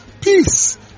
peace